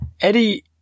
Eddie